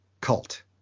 cult